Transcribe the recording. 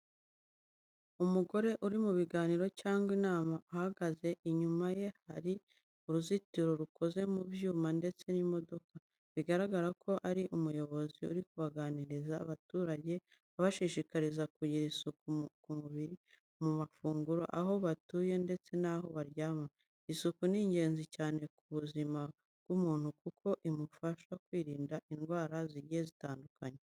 Umugore uri mu biganiro cyangwa inama, ahagaze, inyuma ye hari uruzitiro rukoze mu byuma ndetse n'imodoka. Bigaragara ko ari umuyobozi uri kuganiriza abaturage abashishikariza kugira isuku ku mubiri, mu mafunguro, aho batuye ndetse n'aho baryama. Isuku ni ingenzi cyane ku buzima bw'umuntu kuko imufasha kwirinda indwara zigiye zitandukanye.